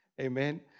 Amen